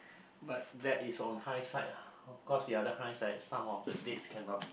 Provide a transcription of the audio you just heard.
but that is on high side of course the other high side some of the beats cannot be